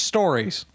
Stories